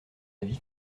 avis